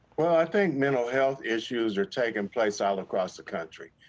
well, i think mental health issues are taking place all across the country.